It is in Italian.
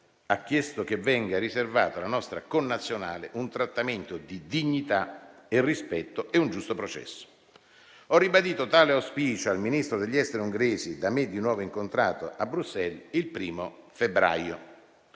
ha chiesto che vengano riservati alla nostra connazionale un trattamento di dignità e rispetto e un giusto processo. Ho ribadito tale auspicio al Ministro degli esteri ungherese, da me di nuovo incontrato a Bruxelles il 1° febbraio.